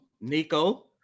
Nico